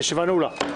הישיבה נעולה.